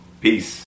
Peace